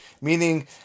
meaning